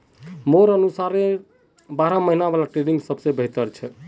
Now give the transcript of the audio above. मोर अनुसार बारह महिना वाला ट्रेनिंग सबस बेहतर छ